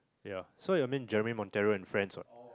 ya so yeah I mean Jeremy-Monteiro and friends what